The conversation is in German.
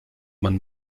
man